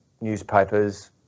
newspapers